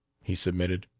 he submitted.